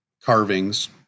carvings